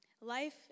Life